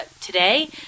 today